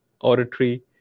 auditory